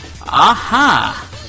Aha